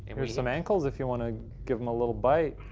here's some ankles if you wanna give em a little bite.